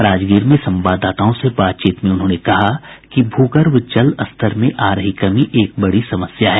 राजगीर में संवाददाताओं से बातचीत में उन्होंने कहा कि भू गर्भ जल स्तर में आ रही कमी एक बड़ी समस्या है